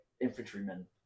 infantrymen